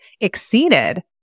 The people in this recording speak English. exceeded